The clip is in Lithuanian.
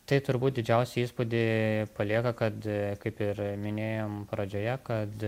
tai turbūt didžiausią įspūdį palieka kad kaip ir minėjom pradžioje kad